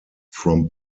from